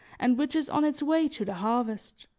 and which is on its way to the harvest.